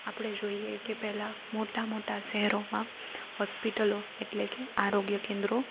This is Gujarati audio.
આપણે જોઈએ કે પહેલાં મોટાં મોટાં શહેરોમાં હોસ્પિટલો એટલે કે આરોગ્ય કેન્દ્રો